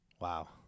Wow